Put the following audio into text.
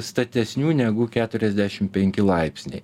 statesnių negu keturiasdešim penki laipsniai